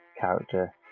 character